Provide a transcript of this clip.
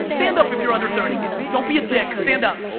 stand up if you're under thirty, don't be a dick stand up